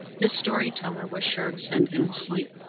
his story-teller was sure to send him to sleep.